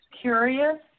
curious